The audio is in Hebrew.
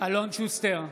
אלון שוסטר,